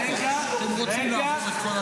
רגע, רגע.